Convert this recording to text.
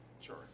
Sure